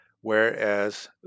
whereas